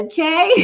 Okay